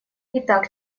итак